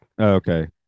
okay